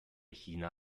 china